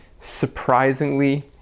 surprisingly